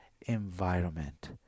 environment